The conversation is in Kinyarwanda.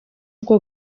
bwo